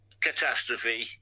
catastrophe